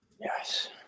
Yes